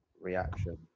reaction